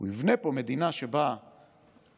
יבנה פה מדינה שבה הממשלה,